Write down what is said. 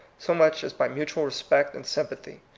so much as by mutual re spect and sympathy.